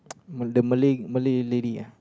the Malay Malay lady ah